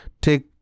take